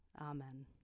Amen